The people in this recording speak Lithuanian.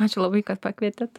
ačiū labai kad pakvietėt